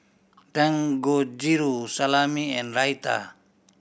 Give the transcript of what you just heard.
Dangojiru Salami and Raita